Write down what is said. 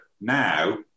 now